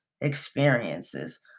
experiences